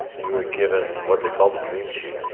you were given what they called a dream sheet.